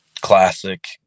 classic